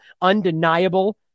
undeniable